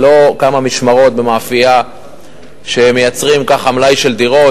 זה לא כמה משמרות במאפייה שהם מייצרים כך מלאי של דירות,